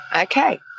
Okay